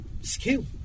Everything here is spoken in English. skill